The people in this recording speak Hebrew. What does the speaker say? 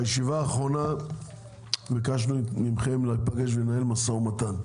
בישיבה האחרונה ביקשנו מכם להיפגש ולנהל משא ומתן,